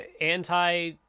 anti-